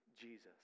Jesus